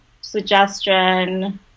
suggestion